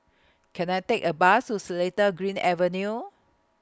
Can I Take A Bus to Seletar Green Avenue